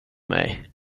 mig